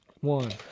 One